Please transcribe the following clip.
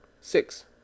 six